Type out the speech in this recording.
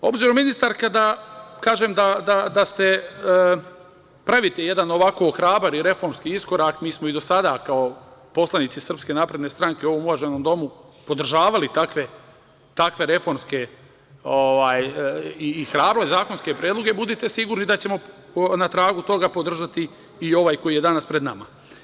Obzirom, ministarka, da kažem da ste, pravite jedan ovako hrabar i reformski iskorak, mi smo i do sada kao poslanici SNS u ovom uvaženom Domu podržavali takve reformske i hrabre zakonske predloge, budite sigurni da ćemo na tragu toga podržati i ovaj koji je danas pred nama.